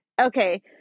Okay